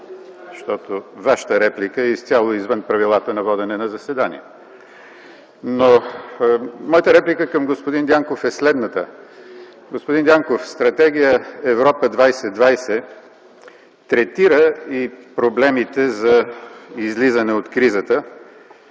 защото Вашата реплика е изцяло извън правилата на водене на заседание. Моята реплика към господин Дянков е следната. Господин Дянков, Стратегия „Европа 2020” третира и проблемите за излизане от кризата